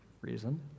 Reason